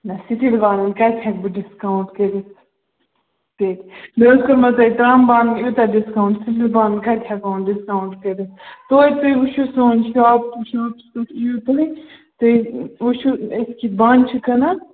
نہ سِٹیٖل بانَن کَتہِ ہیٚکہٕ بہٕ ڈِسکَوٚنٛٹ کٔرِتھ مےٚ حظ کوٚرمو تۄہہِ ترٛام بانَن یوٗتاہ ڈِسکَوٚنٛٹ سِٹیٖل بانَن کَتہِ ہیٚکو وۄنۍ ڈِسکَوٚنٛٹ کٕرِتھ توتہِ تُہۍ وٕچھُو سون شاپ شاپَس پٮ۪ٹھ ییٚیِو تُہۍ وٕچھُو أسۍ کِتھ بانہٕ چھِ کٕنان